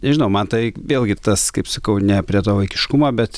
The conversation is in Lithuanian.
nežinau man tai vėlgi tas kaip sakau ne prie to vaikiškumo bet